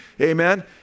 amen